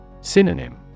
Synonym